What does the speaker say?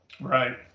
Right